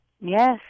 Yes